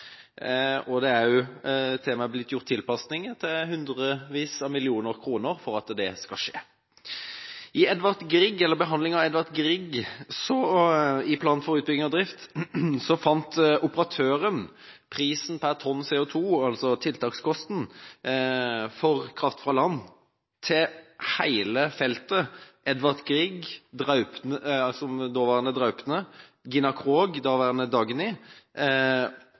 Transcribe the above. Det er også til og med blitt gjort tilpasninger med hundrevis av millioner kroner for at det skal skje. I plan for utbygging og drift av Edvard Grieg fant operatøren prisen per tonn CO2, altså tiltakskosten, for kraft fra land til hele feltet Edvard Grieg, Gina Krog, daværende Dagny, og Ivar Aasen, daværende